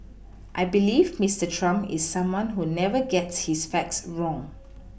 I believe Mister Trump is someone who never gets his facts wrong